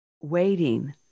waiting